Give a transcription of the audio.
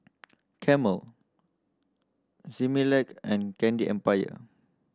Camel Similac and Candy Empire